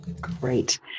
Great